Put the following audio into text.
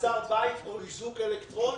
מעצר בית או איזוק אלקטרוני.